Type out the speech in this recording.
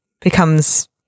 becomes